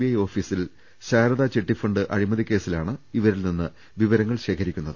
I ഓഫീസിൽ ശാരദാ ചിട്ടിഫണ്ട് അഴിമതിക്കേസിലാണ് ഇവ രിൽനിന്ന് വിവരങ്ങൾ ശേഖരിക്കുന്നത്